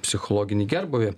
psichologinį gerbūvį